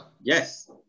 Yes